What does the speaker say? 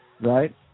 Right